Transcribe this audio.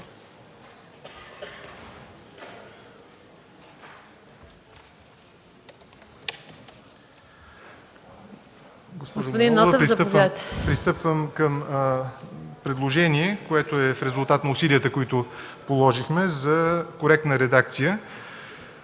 предложение, което е резултат на усилията, които положихме за коректна редакция.